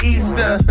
Easter